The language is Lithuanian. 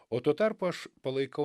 o tuo tarpu aš palaikau